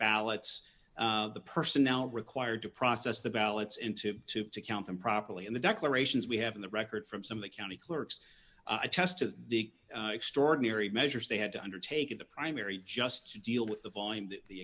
ballots the personnel required to process the ballots and to to have to count them properly and the declarations we have in the record from some of the county clerks attest to the extraordinary measures they had to undertake in the primary just to deal with the